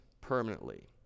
permanently